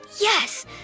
Yes